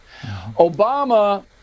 Obama